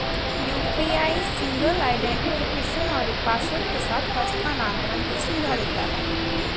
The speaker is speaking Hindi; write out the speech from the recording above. यू.पी.आई सिंगल आईडेंटिफिकेशन और एक पासवर्ड के साथ हस्थानांतरण की सुविधा देता है